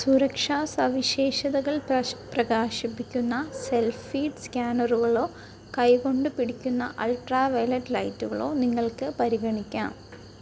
സുരക്ഷാ സവിശേഷതകൾ പ്രശ് പ്രകാശിപ്പിക്കുന്ന സെല്ഫ് ഫീഡ് സ്കാനറുകളോ കൈ കൊണ്ട് പിടിക്കുന്ന അൾട്രാവയലറ്റ് ലൈറ്റുകളോ നിങ്ങൾക്ക് പരിഗണിക്കാം